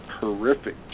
horrific